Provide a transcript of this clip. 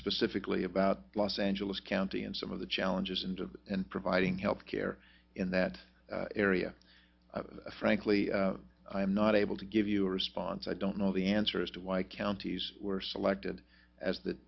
specifically about los angeles county and some of the challenges in to and providing health care in that area frankly i'm not able to give you a response i don't know the answer as to why counties were selected as th